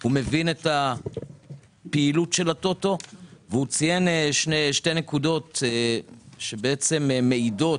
הוא מבין את הפעילות של ה-טוטו והוא ציין שתי נקודות שבעצם מעידות.